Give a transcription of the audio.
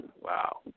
wow